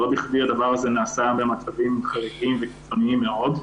לא בכדי הדבר הזה נעשה במצבים חריגים וקיצוניים מאוד,